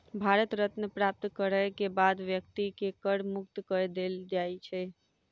भारत रत्न प्राप्त करय के बाद व्यक्ति के कर मुक्त कय देल जाइ छै